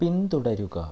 പിന്തുടരുക